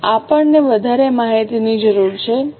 હવે આપણને વધારે માહિતીની જરૂર છે